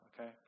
okay